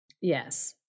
Yes